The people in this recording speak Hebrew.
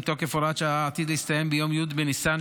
תוקף הוראת השעה עתיד להסתיים ביום י' בניסן,